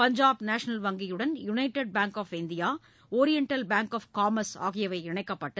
Punjab national வங்கியுடன் united bank of India oriental bank of commerce ஆகியவை இணைக்கப்பட்டு